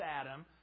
Adam